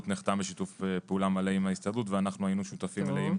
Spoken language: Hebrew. נחתם בשיתוף פעולה מלא עם ההסתדרות ואנחנו היינו שותפים מלאים